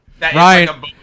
Ryan